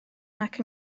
nac